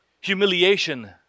humiliation